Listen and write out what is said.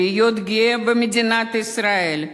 להיות גאה במדינת ישראל,